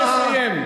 תאפשרו לו לסיים.